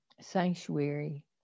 sanctuary